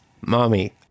mommy